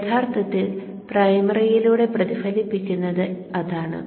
യഥാർത്ഥത്തിൽ പ്രൈമറിയിലൂടെ പ്രതിഫലിപ്പിക്കുന്നത് അതാണ്